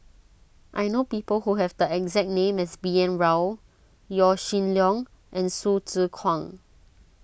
I know people who have the exact name as B N Rao Yaw Shin Leong and Hsu Tse Kwang